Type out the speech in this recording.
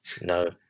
no